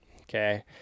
okay